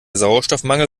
sauerstoffmangel